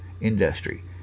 industry